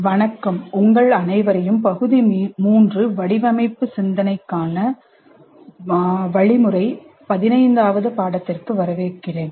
வணக்கம் உங்கள் அனைவரையும் பகுதி 3 வடிவமைப்பு சிந்தனைக்கான வழிமுறை பதினைந்தாவது பாடத்திற்கு வரவேற்கிறேன்